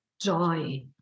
joy